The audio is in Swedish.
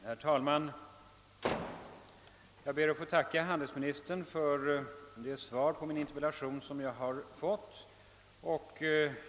Herr talman! Jag ber att få tacka handelsministern för det svar på min interpellation som jag har fått.